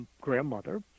grandmother